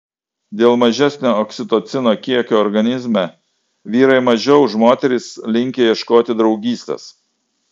dėl mažesnio oksitocino kiekio organizme vyrai mažiau už moteris linkę ieškoti draugystės